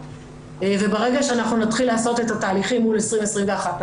וברגע שנתחיל לעשות את התהליכים מול 2021,